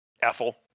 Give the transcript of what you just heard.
Ethel